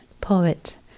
poet